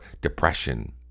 depression